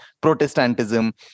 Protestantism